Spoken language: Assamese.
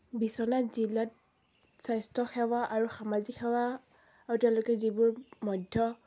বিশ্বনাথ জিলাত স্বাস্থ্য সেৱা আৰু সামাজিক সেৱা এতিয়ালৈকে যিবোৰ মধ্য